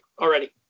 already